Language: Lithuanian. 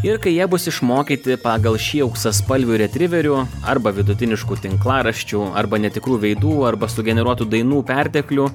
ir kai jie bus išmokyti pagal šį auksaspalvių retriverių arba vidutiniškų tinklaraščių arba netikrų veidų arba sugeneruotų dainų perteklių